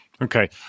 Okay